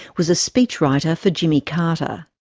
was a speechwriter for jimmy carter.